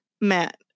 Matt